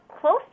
close